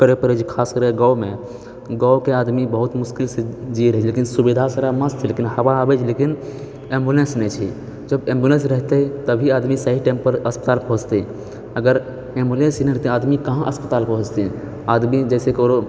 करऽ पड़ै छै खास कए कऽ गाँवमे गाँवके आदमी बहुत मुश्किल से जी रहल छै लेकिन सुविधा सारा मस्त छै लेकिन हवा आबै छै लेकिन एम्बुलेंस नहि छै जब एम्बुलेंस रहितै तभी आदमी सही टाइम पर अस्पताल पहुँचतै अगर एम्बुलेंस ही नहि रहतै आदमी कहाँ अस्पताल पहुँचतै आदमी जैसे ककरो